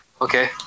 okay